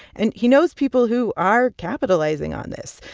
and he knows people who are capitalizing on this,